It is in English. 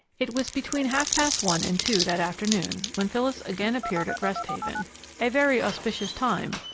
it was between half past one and two, that afternoon, when phyllis again appeared at rest haven a very auspicious time,